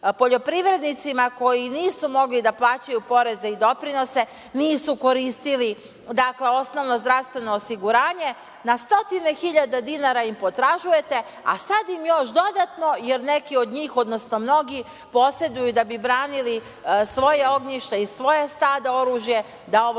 poljoprivrednicima koji nisu mogli da plaćaju poreze i doprinose, nisu koristili osnovna zdravstveno osiguranje na stotine hiljada dinara im potražujete, a sada im još dodatno, jer neki od njih, odnosno mnogi poseduju da bi branili svoja ognjišta i svoje stado oružje da ovo